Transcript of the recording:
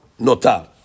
notar